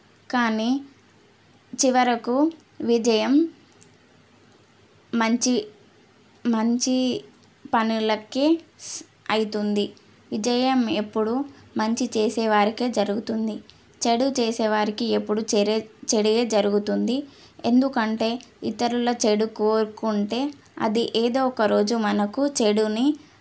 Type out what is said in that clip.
కానీ చివరకు విజయం మంచి మంచి పనులకే అవుతుంది విజయం ఎప్పుడు మంచి చేసే వారికే జరుగుతుంది చెడు చేసేవారికి ఎప్పుడూ చెడే చెడే జరుగుతుంది ఎందుకంటే ఇతరుల చెడు కోరుకుంటే అది ఏదో ఒక రోజు మనకు చెడుని